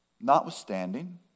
Notwithstanding